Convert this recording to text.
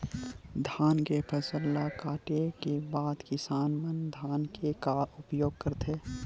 धान के फसल ला काटे के बाद किसान मन धान के का उपयोग करथे?